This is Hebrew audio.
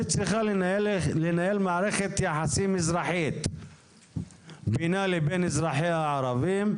מדינת ישראל צריכה לנהל מערכת יחסים אזרחית בינה לבין אזרחיה הערבים,